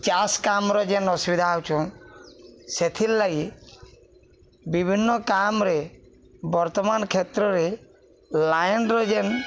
ଚାଷ୍ କାମ୍ରେ ଯେନ୍ ଅସୁବିଧା ହଉଛନ୍ ସେଥିର୍ ଲାଗି ବିଭିନ୍ନ କାମରେ ବର୍ତ୍ତମାନ କ୍ଷେତ୍ରରେ ଲାଇନ୍ର ଯେନ୍